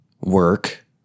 work